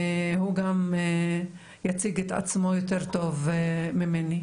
הוא גם יציג את עצמו יותר טוב ממני.